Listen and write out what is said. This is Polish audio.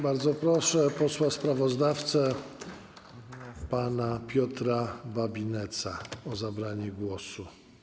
Bardzo proszę posła sprawozdawcę pana Piotra Babinetza o zabranie głosu.